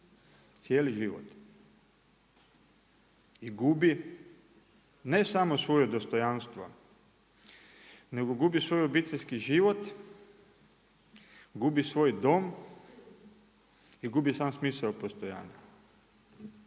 Cijeli život. I gubi ne samo svoje dostojanstva, nego gubi svoj obiteljski život, gubi svoj dom i gubi sam smisao postojanja.